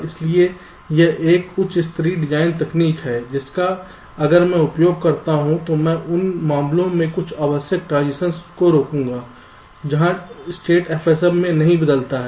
इसलिए यह एक उच्च स्तरीय डिजाइन तकनीक है जिसका अगर मैं उपयोग करता हूं तो मैं उन मामलों में कुछ अनावश्यक ट्रांजिशनश को रोकूंगा जहां स्टेट FSM में नहीं बदलता है